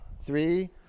three